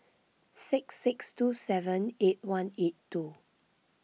six six two seven eight one eight two